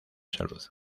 salud